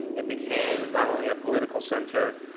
it became not only a political center,